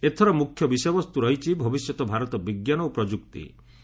ଏଥର ମୁଖ୍ୟ ବିଷୟବସ୍ତୁ ରହିଛି 'ଭବିଷ୍ୟତ ଭାରତ ବିଜ୍ଞାନ ଓ ପ୍ରଯୁକ୍ତି'